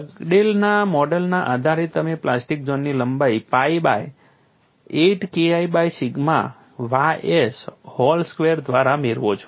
ડગડેલના મોડેલના આધારે તમે પ્લાસ્ટિક ઝોનની લંબાઇ pi by 8 KI by sigma ys whole square દ્વારા મેળવો છો